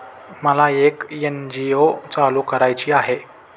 मला एक एन.जी.ओ चालू करायची आहे